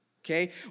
Okay